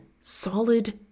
solid